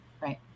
Right